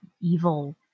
evil